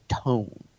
tone